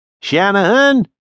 Shanahan